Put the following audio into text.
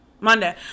Monday